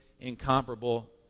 Incomparable